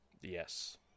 Yes